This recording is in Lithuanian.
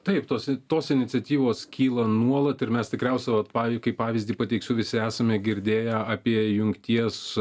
taip tos tos iniciatyvos kyla nuolat ir mes tikriausiai pavyzdžiui kaip pavyzdį pateiksiu visi esame girdėję apie jungties